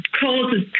causes